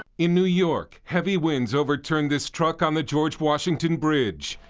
in new york, heavy winds overturned this truck on the george washington bridge,